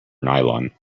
nylon